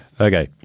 Okay